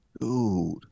dude